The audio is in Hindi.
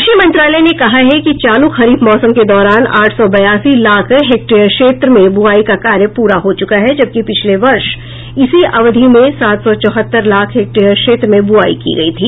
कृषि मंत्रालय ने कहा है कि चालू खरीफ मौसम के दौरान आठ सौ बयासी लाख हेक्टेयर क्षेत्र में बुआई का कार्य पूरा हो चुका है जबकि पिछले वर्ष इसी अवधि में सात सौ चौहत्तर लाख हेक्टेयर क्षेत्र में बुआई की गई थी